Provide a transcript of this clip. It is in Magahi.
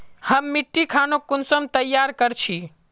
हम मिट्टी खानोक कुंसम तैयार कर छी?